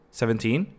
seventeen